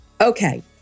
Okay